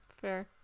Fair